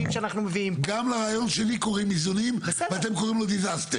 גם לרעיון שלי קוראים איזונים ואתם קוראים לו סכנה.